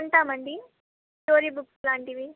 కొంటామండి story books లాంటివి